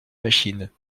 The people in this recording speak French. machines